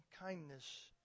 kindness